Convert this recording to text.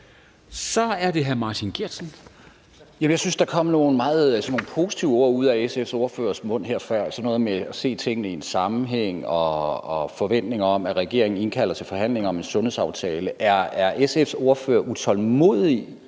Kl. 10:45 Martin Geertsen (V): Jeg synes, der kom sådan nogle meget positive ord ud af SF's ordførers mund her før, som handlede om sådan noget med at se tingene i en sammenhæng og om forventninger om, at regeringen indkalder til forhandlinger om en sundhedsaftale. Er SF's ordfører utålmodig